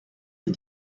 des